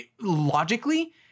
logically